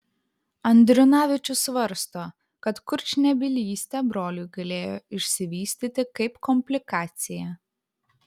andriunavičius svarsto kad kurčnebylystė broliui galėjo išsivystyti kaip komplikacija